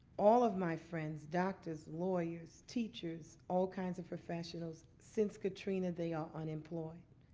all of my friends, doctors, lawyers, teachers, all kinds of professionals, since katrina they are unemployed.